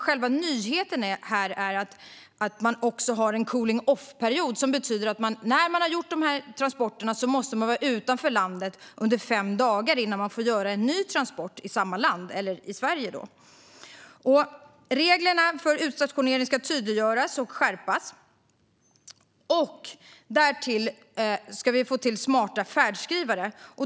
Själva nyheten är att man också har en cooling off-period. Det betyder att när man har gjort de här transporterna måste man vara utanför landet under fem dagar innan man får göra en ny transport i samma land, i det här fallet Sverige. Reglerna för utstationering ska tydliggöras och skärpas. Därtill ska vi få smarta färdskrivare.